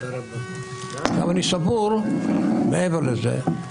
מעבר לזה,